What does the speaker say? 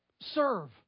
Serve